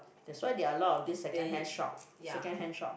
that's why there are a lot of this secondhand shop secondhand shop